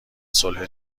صلح